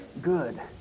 good